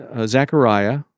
Zechariah